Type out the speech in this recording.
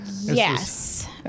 Yes